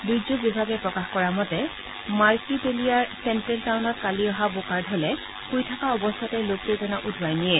দূৰ্যোগ বিভাগে প্ৰকাশ কৰা মতে মাৰকিটেলিয়াৰ চেণ্টেল টাউনত কালি অহা বোকাৰ ঢলে শুই থকা অৱস্থাতে লোককেইজনক উটুৱাই নিয়ে